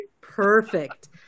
Perfect